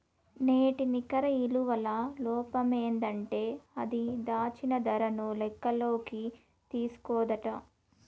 నేటి నికర ఇలువల లోపమేందంటే అది, దాచిన దరను లెక్కల్లోకి తీస్కోదట